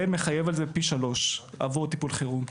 ומחייב על זה פי שלושה עבור טיפול חירום.